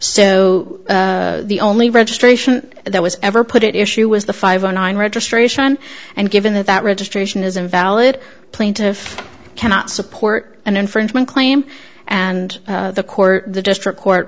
so the only registration that was ever put it issue was the five zero nine registration and given that that registration is invalid plaintiff cannot support an infringement claim and the court or the district court